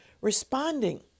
responding